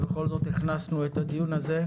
ובכל זאת הכנסנו את הדיון הזה,